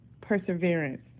perseverance